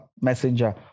messenger